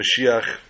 Mashiach